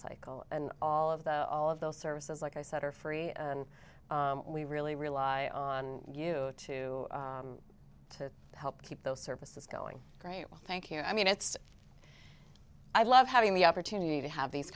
cycle and all of those all of those services like i said are free and we really rely on you to to help keep those services going great thank you i mean it's i love having the opportunity to have these